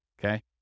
Okay